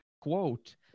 quote